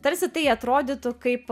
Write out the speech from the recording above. tarsi tai atrodytų kaip